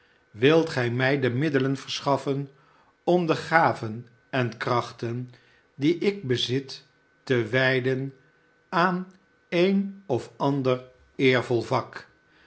wilt gij mij de middelen verschaffen om de gaven en krachten die ik bezit te wijden aan een of ander eervol vak